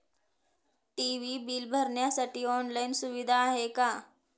TV bill भरण्यासाठी online सुविधा आहे का?